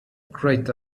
great